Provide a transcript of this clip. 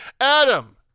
Adam